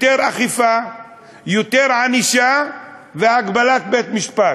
יותר אכיפה, יותר ענישה והגבלת בית-משפט.